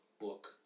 book